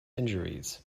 injuries